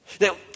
Now